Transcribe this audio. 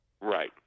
Right